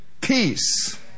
peace